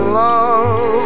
love